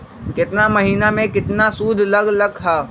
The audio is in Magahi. केतना महीना में कितना शुध लग लक ह?